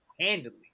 handily